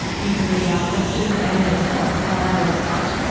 you can read our questions and their response on our website.